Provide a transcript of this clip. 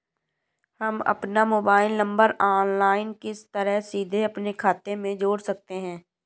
हम अपना mobile number online किस तरह सीधे अपने खाते में जोड़ सकते हैं?